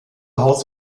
haus